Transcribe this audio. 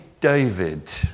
David